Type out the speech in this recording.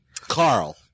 Carl